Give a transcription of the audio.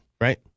right